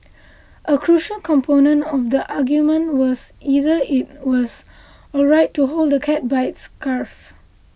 a crucial component of the argument was whether it was alright to hold the cat by its scruff